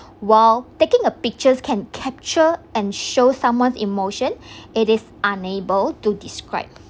while taking a pictures can capture and show someone emotion it is unable to describe